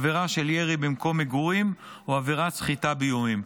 עבירה של ירי במקום מגורים או עבירת סחיטה באיומים.